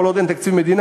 כל עוד אין תקציב מדינה.